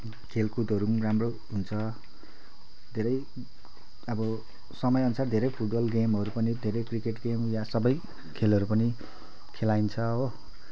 खेलकुदहरू पनि राम्रो हुन्छ धेरै अब समय अनुसार धेरै फुटबल गेमहरू पनि धेरै क्रिकेट गेम या सबै खेलहरू पनि खेलाइन्छ हो